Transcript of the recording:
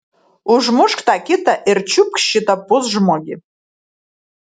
užmušk tą kitą ir čiupk šitą pusžmogį